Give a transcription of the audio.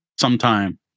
sometime